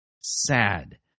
sad